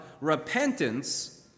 repentance